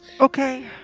Okay